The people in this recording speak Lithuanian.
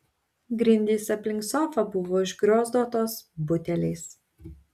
grindys aplink sofą buvo užgriozdotos buteliais